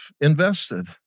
invested